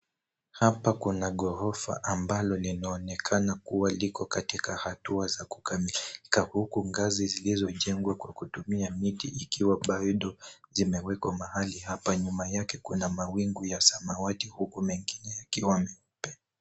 Hapa kuna ghorofa ambalo linaonekana kuwa liko katika hatua za kukamilika, huku ngazi zilizojengwa kwa kutumia miti ikiwa bado zimewekwa mahali hapa. Nyuma yake kuna mawingu ya samawati huku mengine yakiwa meupe.